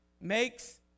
Makes